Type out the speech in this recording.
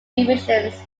revisions